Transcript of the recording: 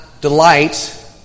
delight